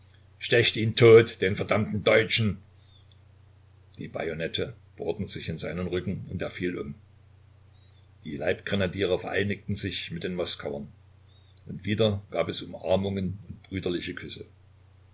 stecht ihn tot den verdammten deutschen die bajonette bohrten sich in seinen rücken und er fiel um die leibgrenadiere vereinigten sich mit den moskauern und wieder gab es umarmungen und brüderliche küsse